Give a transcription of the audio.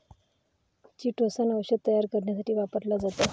chitosan औषध तयार करण्यासाठी वापरला जातो